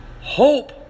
hope